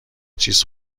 چیز